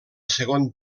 segon